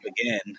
again